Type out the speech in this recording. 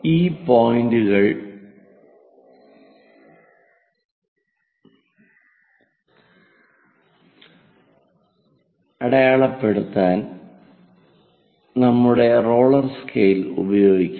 ഈ പോയിന്റുകൾ അടയാളപ്പെടുത്താൻ നമ്മുടെ റോളർ സ്കെയിൽ ഉപയോഗിക്കാം